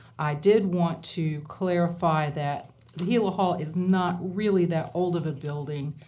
i did want to clarify that the gila hall is not really that old of a building.